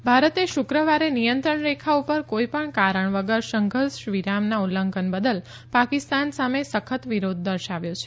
ગોળીબાર ભારતે શુક્રવારે નિયંત્રણ રેખા પર કોઈપણ કારણ વગર સંઘર્ષ વિરામના ઉલ્લંઘન બદલ પાકિસ્તાન સામે સખત વિરોધ દર્શાવ્યો છે